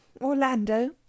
Orlando